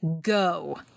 Go